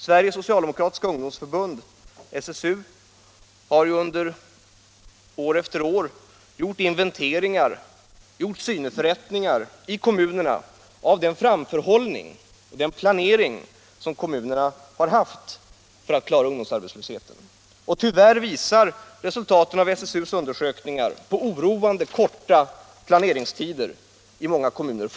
Sveriges socialdemokratiska ungdomsförbund har år efter år gjort inventeringar av beredskapsläget och genomfört syneförrättningar i kommunerna av deras planering för att klara ungdomsarbetslösheten. Tyvärr visar resultaten av SSU:s undersökningar att det fortfarande är oroande korta planeringstider i många kommuner.